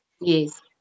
Yes